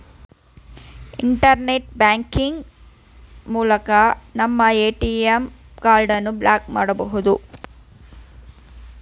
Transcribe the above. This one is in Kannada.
ಇಂಟರ್ನೆಟ್ ಬ್ಯಾಂಕಿಂಗ್ ಮೂಲಕ ನಮ್ಮ ಎ.ಟಿ.ಎಂ ಕಾರ್ಡನ್ನು ಬ್ಲಾಕ್ ಮಾಡಬೊದು